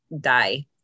die